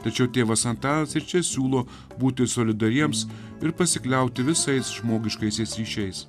tačiau tėvas antanas ir čia siūlo būti solidariems ir pasikliauti visais žmogiškaisiais ryšiais